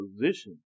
position